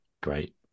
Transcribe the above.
great